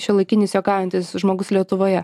šiuolaikinis juokaujantis žmogus lietuvoje